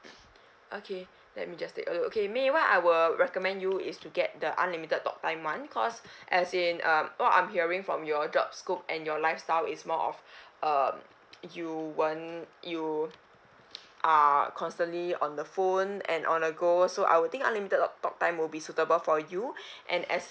okay let me just take a look okay may why I will recommend you is to get the unlimited talk time one cause as in um what I'm hearing from your job scope and your lifestyle is more of um you want you are constantly on the phone and on the go so I will think unlimited talk time will be suitable for you and as